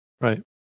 Right